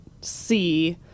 see